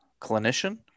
clinician